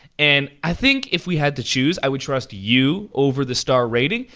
and i think, if we had to choose, i would trust you over the star rating,